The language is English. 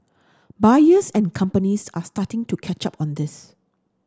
buyers and companies are starting to catch up on this